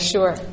Sure